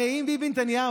הרי אם ביבי נתניהו